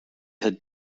had